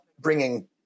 bringing